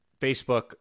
Facebook